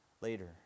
later